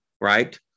right